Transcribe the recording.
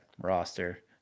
roster